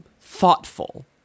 thoughtful